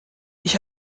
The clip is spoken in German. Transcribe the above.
ich